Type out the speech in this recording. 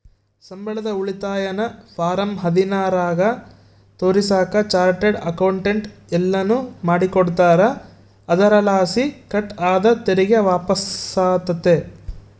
ಸಂಬಳದ ಉಳಿತಾಯನ ಫಾರಂ ಹದಿನಾರರಾಗ ತೋರಿಸಾಕ ಚಾರ್ಟರ್ಡ್ ಅಕೌಂಟೆಂಟ್ ಎಲ್ಲನು ಮಾಡಿಕೊಡ್ತಾರ, ಅದರಲಾಸಿ ಕಟ್ ಆದ ತೆರಿಗೆ ವಾಪಸ್ಸಾತತೆ